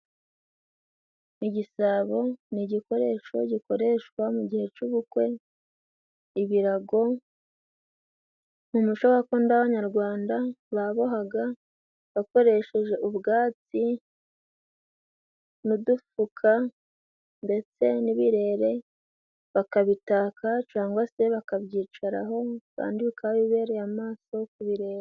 Igisabo ni igikoresho gikoreshwa mu gihe c'ubukwe, ibirago mu muco gakondo w'abanyarwanda babohaga bakoresheje ubwatsi n'udufuka ndetse n'ibirere bakabitaka cyangwa se bakabyicaraho kandi bikaba bibereye amaso ku bireba.